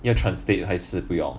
要 translate 还是不用